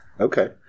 Okay